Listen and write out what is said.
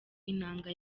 intanga